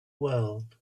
world